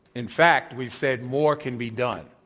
in fact, we've said more can be done.